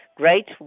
great